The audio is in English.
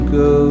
go